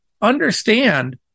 understand